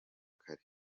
kare